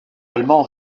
allemand